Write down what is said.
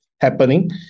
happening